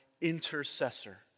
intercessor